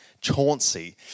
Chauncey